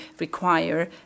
require